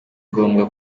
ngombwa